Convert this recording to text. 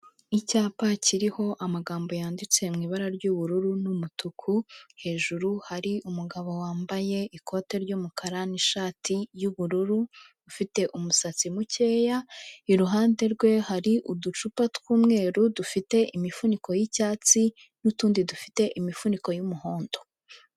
Icyapa kiriho amagambo yanditse mu ibara ry'ubururu n'umutuku hejuru hari umugabo wambaye ikote ry'umukara n'ishati y'ubururu ufite umusatsi mukeya iruhande rwe hari uducupa tw'umweru dufite imifuniko y'icyatsi n'utundi dufite imifuniko y'umuhondo.